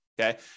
okay